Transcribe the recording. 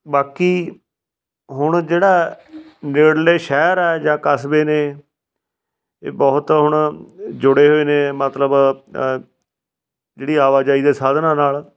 ਬਾਕੀ ਹੁਣ ਜਿਹੜਾ ਨੇੜਲੇ ਸ਼ਹਿਰ ਆ ਜਾਂ ਕਸਬੇ ਨੇ ਇਹ ਬਹੁਤ ਹੁਣ ਜੁੜੇ ਹੋਏ ਨੇ ਮਤਲਬ ਜਿਹੜੀ ਆਵਾਜਾਈ ਦੇ ਸਾਧਨਾਂ ਨਾਲ